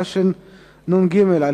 התשנ"ג 1993,